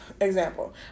example